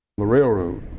were railroad.